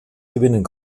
gewinnen